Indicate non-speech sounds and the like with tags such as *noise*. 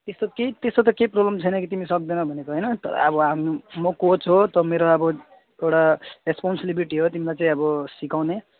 त्यस्तो केही त्यस्तो त केही प्रब्लम छैन तिमी सक्दैन भनेको होइन तर अब *unintelligible* म कोच हो त मेरो अब एउटा रेस्पोन्सिबिलिटी हो तिमीलाई चाहिँ अब सिकाउने